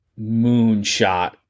moonshot